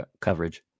coverage